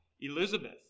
Elizabeth